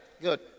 Good